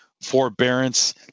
forbearance